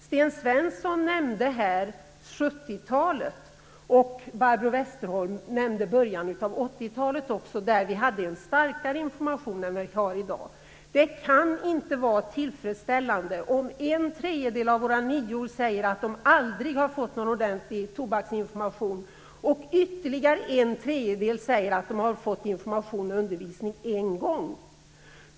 Sten Svensson nämnde här 70-talet, och Barbro Westerholm nämnde början av 80-talet, då informationen var mer omfattande än i dag. Det kan inte vara tillfredsställande att en tredjedel av våra nior säger att de aldrig har fått någon ordentlig tobaksinformation och att ytterligare en tredjedel säger att de har fått information och undervisning vid ett tillfälle.